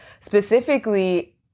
specifically